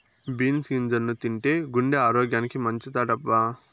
beans గింజల్ని తింటే గుండె ఆరోగ్యానికి మంచిదటబ్బా